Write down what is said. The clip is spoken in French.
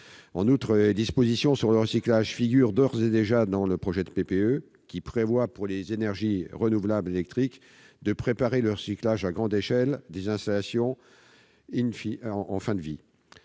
En outre, des dispositions sur le recyclage figurent d'ores et déjà dans le projet de PPE, qui prévoit, pour les énergies renouvelables électriques, de « préparer le recyclage à grande échelle des installations en fin de vie